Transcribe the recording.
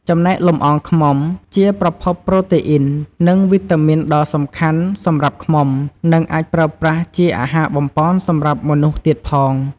ចំណែកលំអងឃ្មុំ ជាប្រភពប្រូតេអ៊ីន និងវីតាមីនដ៏សំខាន់សម្រាប់ឃ្មុំ និងអាចប្រើប្រាស់ជាអាហារបំប៉នសម្រាប់មនុស្សទៀតផង។